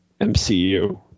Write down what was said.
mcu